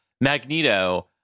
Magneto